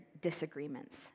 disagreements